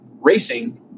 racing